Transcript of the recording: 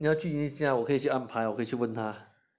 要去 eunice 家我可以去按拍我可以问他